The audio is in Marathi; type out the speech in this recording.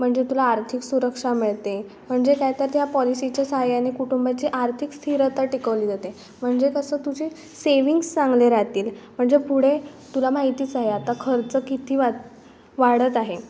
म्हणजे तुला आर्थिक सुरक्षा मिळते म्हणजे काय तर त्या पॉलिसीच्या साह्याने कुटुंबाची आर्थिक स्थिरता टिकवली जाते म्हणजे कसं तुझी सेव्हिंग्ज चांगले राहतील म्हणजे पुढे तुला माहितीच आहे आता खर्च किती वा वाढत आहे